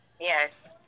Yes